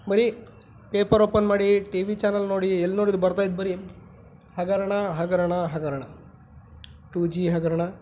ಬರಿ paper open ಮಾಡಿ T V channel ನೋಡಿ ಎಲ್ಲಿ ನೋಡಿದರೂ ಬರ್ತಾಯಿದ್ದು ಬರೀ ಹಗರಣ ಹಗರಣ ಹಗರಣ ಟೂ ಜಿ ಹಗರಣ